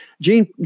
gene